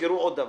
תזכרו עוד דבר,